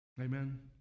Amen